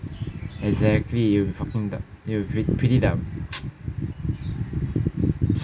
exactly it will be fucking dumb it will be pret~ pretty dumb